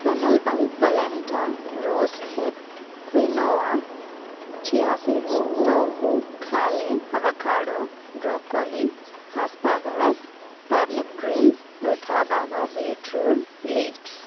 fennel bulb polenta rosehip quinoa chia seeds tofu kale avocado broccoli asparagus turnip greens rutabaga beetroot leaks